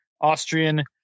Austrian